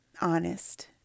honest